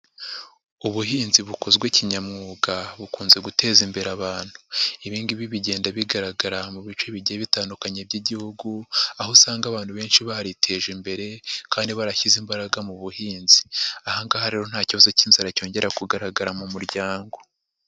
Ubuhinzi bukozwe kinyamwuga bukunze guteza imbere abantu. Ibi ngibi bigenda bigaragara mu bice bigiye bitandukanye by'igihugu, aho usanga abantu benshi bariteje imbere kandi barashyize imbaraga mu buhinzi. Aha ngaha rero nta kibazo k'inzara cyongera kugaragara mu muryango.